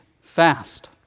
fast